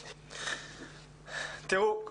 תראו,